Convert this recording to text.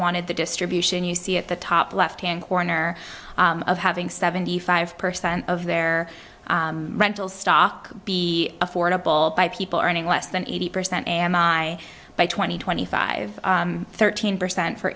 wanted the distribution you see at the top left hand corner of having seventy five percent of their rental stock be affordable by people earning less than eighty percent am i by two thousand and twenty five thirteen percent for